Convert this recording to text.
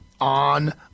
on